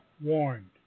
warned